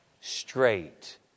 straight